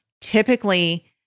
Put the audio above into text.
Typically